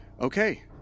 Okay